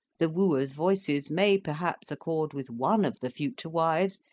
the wooer's voices may perhaps accord with one of the future wives,